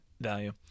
value